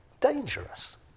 dangerous